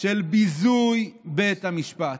של ביזוי בית המשפט.